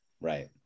Right